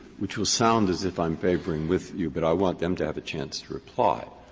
which will sound as if i'm bickering with you, but i want them to have a chance to reply,